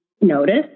notice